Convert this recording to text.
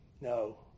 No